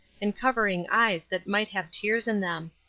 and covering eyes that might have tears in them.